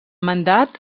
mandat